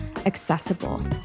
accessible